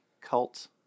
cult